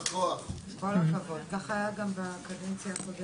קודם כל, כך גם היה בקדנציה הקודמת.